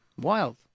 Wild